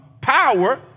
power